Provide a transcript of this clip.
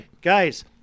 Guys